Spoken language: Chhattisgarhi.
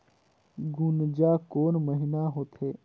गुनजा कोन महीना होथे?